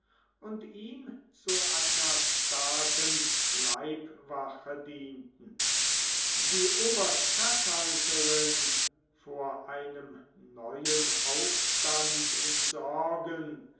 und ihm zu einer starken leibwache dienten die oberstatthalterin vor einem neuen aufstande in sorgen